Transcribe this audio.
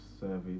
service